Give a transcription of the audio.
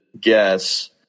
guess